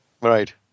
Right